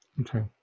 Okay